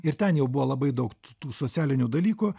ir ten jau buvo labai daug tų socialinių dalykų